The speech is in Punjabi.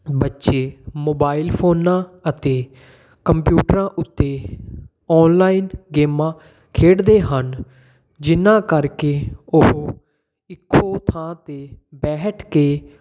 ਬੱਚੇ ਮੋਬਾਈਲ ਫ਼ੋਨਾਂ ਅਤੇ ਕੰਪਿਊਟਰਾਂ ਉੱਤੇ ਔਨਲਾਈਨ ਗੇਮਾਂ ਖੇਡਦੇ ਹਨ ਜਿਨ੍ਹਾਂ ਕਰਕੇ ਉਹ ਇੱਕੋ ਥਾਂ 'ਤੇ ਬੈਠ ਕੇ